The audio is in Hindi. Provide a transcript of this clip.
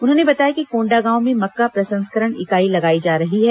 उन्होंने बताया कि कोण्डागांव में मक्का प्रसंस्करण इकाई लगाई जा रही है